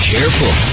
Careful